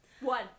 One